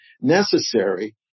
necessary